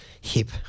hip